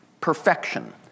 Perfection